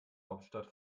hauptstadt